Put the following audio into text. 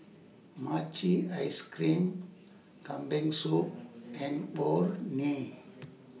Mochi Ice Cream Kambing Soup and Orh Nee